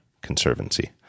conservancy